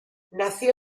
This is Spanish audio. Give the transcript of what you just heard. nació